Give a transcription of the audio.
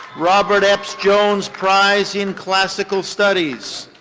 robert epps jones prize in classical studies.